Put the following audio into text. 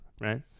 right